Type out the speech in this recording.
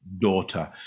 daughter